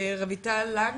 רויטל לן,